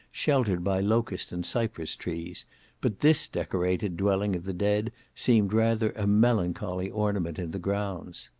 sheltered by locust and cypress trees but this decorated dwelling of the dead seemed rather a melancholy ornament in the grounds.